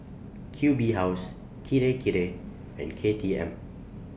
Q B House Kirei Kirei and K T M